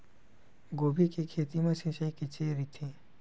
गोभी के खेत मा सिंचाई कइसे रहिथे?